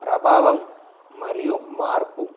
ప్రభావం మరియు మార్పు